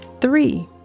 Three